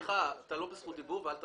סליחה, אתה לא בזכות דיבור ואל תפריע.